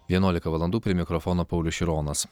vienuolika valandų prie mikrofono paulius šironas